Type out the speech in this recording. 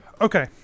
okay